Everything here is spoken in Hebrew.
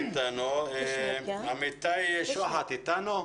אמיתי שוחט אתנו?